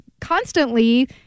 constantly